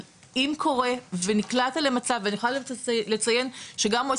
על אם קורה ונקלעת למצב ואני יכולה לציין שגם מועצת